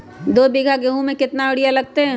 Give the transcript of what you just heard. दो बीघा गेंहू में केतना यूरिया लगतै?